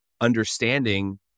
understanding